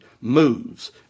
moves